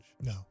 No